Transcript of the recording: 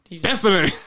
Destiny